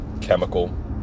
chemical